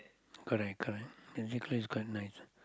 correct correct busy correct it's quite nice